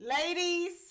ladies